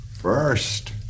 First